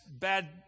bad